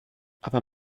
aber